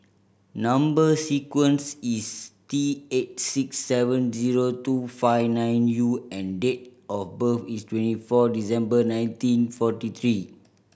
number sequence is T eight six seven zero two five nine U and date of birth is twenty four December nineteen forty three